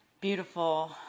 beautiful